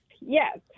yes